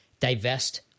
divest